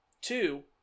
Two